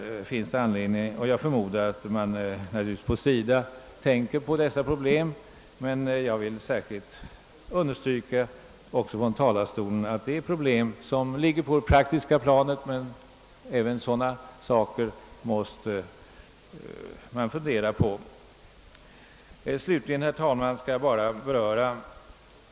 Jag förmodar att man på SIDA försöker lösa dessa problem, men jag vill ändå från denna talarstol understryka att man grundligt måste fundera även över sådana problem på det praktiska planet.